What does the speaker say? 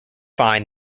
find